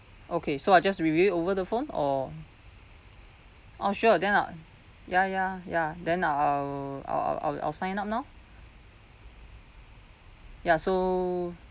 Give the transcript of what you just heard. okay so I just reveal it over the phone or orh sure then I'll ya ya ya then I'll I'll I'll I'll sign up now ya so